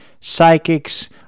psychics